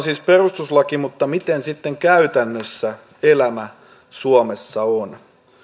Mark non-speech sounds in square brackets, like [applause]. [unintelligible] siis perustuslaki mutta miten sitten käytännössä elämä suomessa on